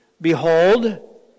Behold